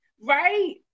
Right